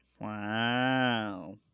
Wow